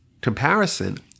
comparison